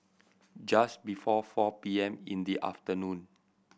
just before four P M in the afternoon